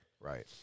Right